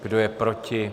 Kdo je proti?